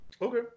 Okay